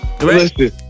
Listen